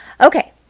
Okay